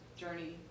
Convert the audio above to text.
journey